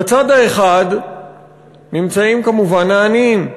בצד האחד נמצאים, כמובן, העניים.